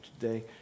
today